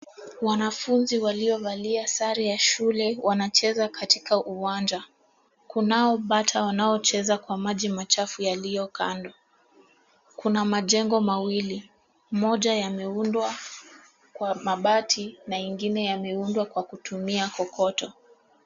Wanafunzi waliovalia sare ya shule wanacheza katika uwanja. Kunao bata wanao cheza kwa maji machafu yaliyo kando. Kuna majengo mawili, moja yameundwa kwa mabati na mengine yameundwa kwa kutumia kokoto.